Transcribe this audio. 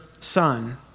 son